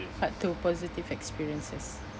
part two positive experiences